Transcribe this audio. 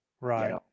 Right